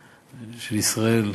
של ישראל,